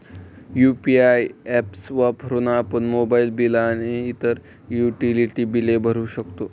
UPI apps वापरून आपण mobile bill आणि इतर युटिलिटी बिले भरू शकतो